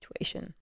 situation